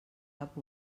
cap